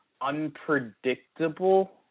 unpredictable